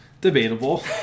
Debatable